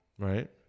Right